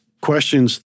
questions